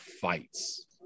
fights